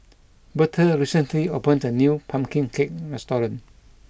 Bertha recently opened a new pumpkin cake restaurant